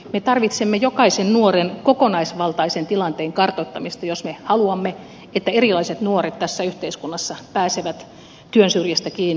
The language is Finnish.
me tarvitsemme jokaisen nuoren kokonaisvaltaisen tilanteen kartoittamista jos me haluamme että erilaiset nuoret tässä yhteiskunnassa pääsevät työn syrjään kiinni